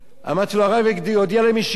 אמרתי לו: הרב יודיע להם ישירות,